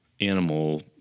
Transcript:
animal